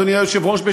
אדוני היושב-ראש,